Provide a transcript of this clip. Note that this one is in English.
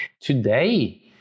today